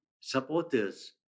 supporters